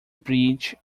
bridge